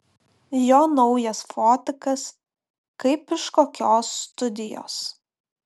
jo naujas fotikas kaip iš kokios studijos